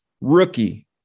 Rookie